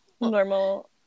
normal